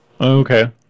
Okay